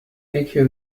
echo